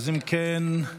אם כן,